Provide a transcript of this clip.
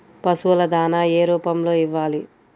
పశువుల దాణా ఏ రూపంలో ఇవ్వాలి?